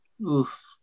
Oof